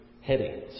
headings